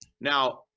Now